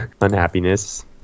unhappiness